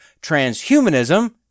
transhumanism